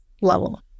level